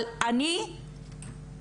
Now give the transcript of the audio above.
אבל אל תתגוננו.